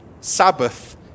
Sabbath